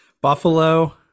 Buffalo